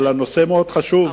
אבל הנושא מאוד חשוב.